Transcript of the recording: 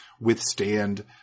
withstand